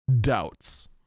doubts